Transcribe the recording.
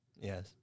Yes